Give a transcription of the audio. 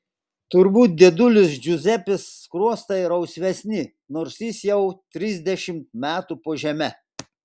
turbūt dėdulės džiuzepės skruostai rausvesni nors jis jau trisdešimt metų po žeme